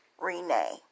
Renee